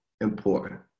important